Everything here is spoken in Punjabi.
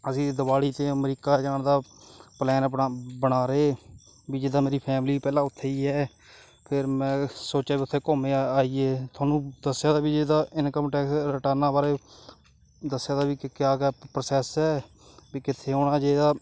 ਅਸੀਂ ਦਿਵਾਲੀ 'ਤੇ ਅਮਰੀਕਾ ਜਾਣ ਦਾ ਪਲੈਨ ਆਪਣਾ ਬਣਾ ਰਹੇ ਵੀ ਜਿੱਦਾਂ ਮੇਰੀ ਫੈਮਿਲੀ ਪਹਿਲਾਂ ਉੱਥੇ ਹੀ ਹੈ ਫਿਰ ਮੈਂ ਸੋਚਿਆ ਵੀ ਉੱਥੇ ਘੁੰਮ ਆ ਆਈਏ ਤੁਹਾਨੂੰ ਦੱਸਿਆ ਤਾ ਵੀ ਜੇ ਇਹ ਦਾ ਇਨਕਮ ਟੈਕਸ ਰਿਟਰਨਾਂ ਬਾਰੇ ਦੱਸਿਆ ਤਾ ਵੀ ਕਿ ਕਿਆ ਕਿਆ ਪ੍ਰੋਸੈਸ ਹੈ ਵੀ ਕਿੱਥੇ ਆਉਣਾ ਚਾਹੀਦਾ